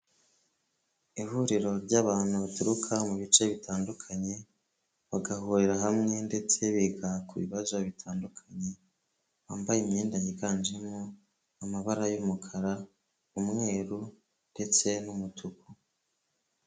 Ihuriro ry'abantu baturuka mu bice bitandukanye bagahurira hamwe ndetse biga ku bibazo bitandukanye, bambaye imyenda yiganjemo amabara y'umukara, umweru ndetse n'umutuku.